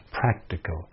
practical